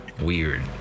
weird